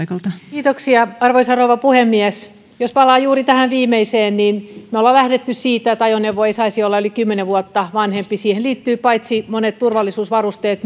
kiitoksia arvoisa rouva puhemies jos palaan juuri tähän viimeiseen niin me olemme lähteneet siitä että ajoneuvo ei saisi olla yli kymmenen vuotta vanhempi siihen liittyy paitsi monet turvallisuusvarusteet